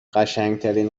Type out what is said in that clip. قشنگترین